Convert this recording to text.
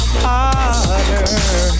harder